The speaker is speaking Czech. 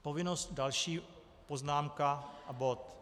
Povinnost další poznámka a bod.